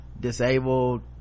disabled